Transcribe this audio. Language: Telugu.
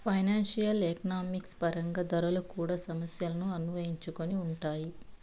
ఫైనాన్సియల్ ఎకనామిక్స్ పరంగా ధరలు కూడా సమస్యలను అన్వయించుకొని ఉంటాయి